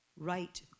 right